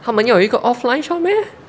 他们有一个 offline shop meh